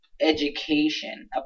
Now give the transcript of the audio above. education